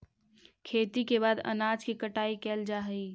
खेती के बाद अनाज के कटाई कैल जा हइ